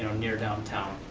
near downtown.